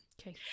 Okay